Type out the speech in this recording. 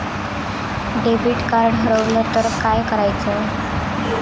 Debit card हरवल तर काय करायच?